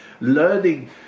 learning